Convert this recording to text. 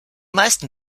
meisten